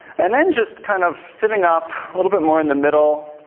and then just kind of sitting up, a little bit more in the middle,